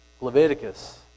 Leviticus